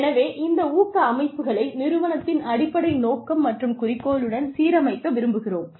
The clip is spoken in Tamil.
எனவே இந்த ஊக்க அமைப்புகளை நிறுவனத்தின் அடிப்படை நோக்கம் மற்றும் குறிக்கோளுடன் சீரமைக்க விரும்புகிறோம்